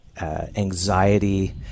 anxiety